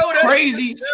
Crazy